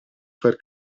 far